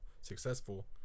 successful